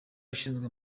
ushinzwe